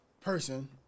person